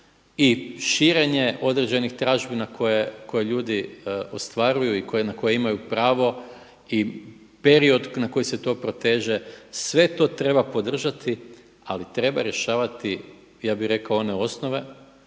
i širenje određenih tražbina koje ljudi ostvaruju i na koje imaju pravo i period na koji se to proteže, sve to treba podržati ali treba rješavati ja bih rekao one osnove